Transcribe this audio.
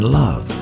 love